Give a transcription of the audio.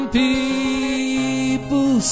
people